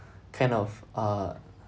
kind of uh